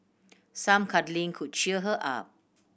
some cuddling could cheer her up